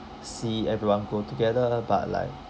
see everyone go together but like